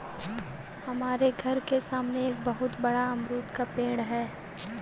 हमारे घर के सामने एक बहुत बड़ा अमरूद का पेड़ है